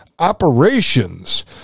operations